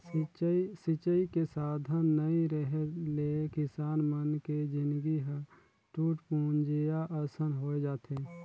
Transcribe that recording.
सिंचई के साधन नइ रेहे ले किसान मन के जिनगी ह टूटपुंजिहा असन होए जाथे